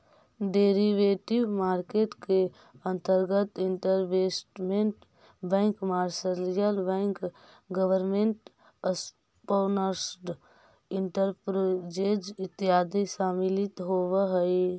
derivative market के अंतर्गत investment bank commercial bank government sponsored enterprises इत्यादि सम्मिलित होवऽ हइ